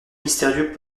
mystérieux